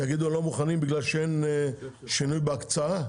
יגידו שהם לא מוכנים בגלל שאין שינוי בהקצאה?